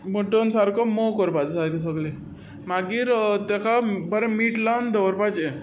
मुड्डोवन सारको मोव करपाचो जाय तसो सगलें मागीर ताका बरें मीञ लावन दवरपाचें